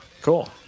cool